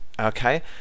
okay